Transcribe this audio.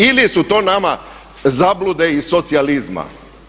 Ili su to nama zablude iz socijalizma?